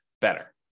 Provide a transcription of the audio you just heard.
better